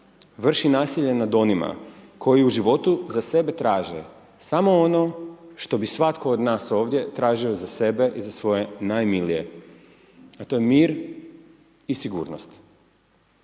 vrši nasilje nad onima koji u životu za sebe traže samo ono što bi svatko od nas ovdje tražio za sebe i za svoje najmilije, a to je mir i sigurnost.